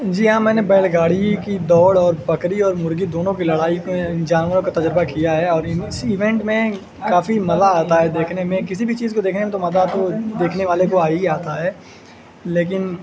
جی ہاں میں نے بیل گاڑی کی دوڑ اور بکری اور مرغی دونوں کی لڑائی کو ان جانوروں کا تجربہ کیا ہے اور ان اس ایونٹ میں کافی مزہ آتا ہے دیکھنے میں کسی بھی چیز کو دیکھنے میں تو مزہ تو دیکھنے والے کو آ ہی آتا ہے لیکن